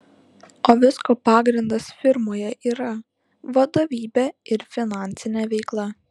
o visko pagrindas firmoje yra vadovybė ir finansinė veikla